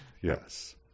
yes